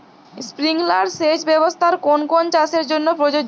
Sprinkler সেচ ব্যবস্থার কোন কোন চাষের জন্য প্রযোজ্য?